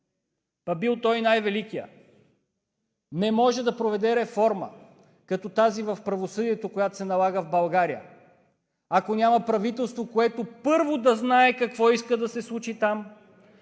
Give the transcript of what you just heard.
пък бил той най-великият, не може да проведе реформа като тази в правосъдието, която се налага в България, ако няма правителство, което, първо, да знае какво иска да се случи там,